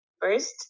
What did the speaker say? first